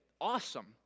awesome